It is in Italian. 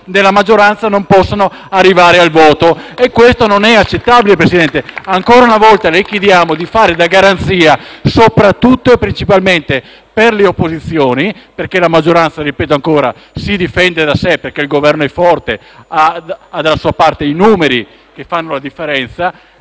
nella maggioranza non possano arrivare al voto. *(Applausi dai Gruppi FdI e PD)*. Questo non è accettabile, Presidente. Ancora una volta le chiediamo di fare da garanzia soprattutto e principalmente per le opposizioni perché la maggioranza, ripeto ancora, si difende da sé perché il Governo è forte e ha dalla sua parte i numeri che fanno la differenza.